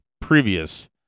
previous